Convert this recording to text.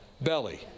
Belly